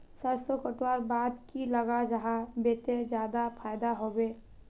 सरसों कटवार बाद की लगा जाहा बे ते ज्यादा फायदा होबे बे?